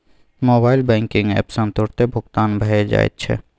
mobile banking app सँ तुरतें भुगतान भए जाइत छै